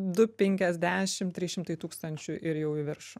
du penkiasdešim trys šimtai tūkstančių ir jau į viršų